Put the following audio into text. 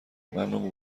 ممنون